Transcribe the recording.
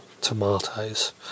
tomatoes